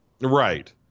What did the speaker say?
Right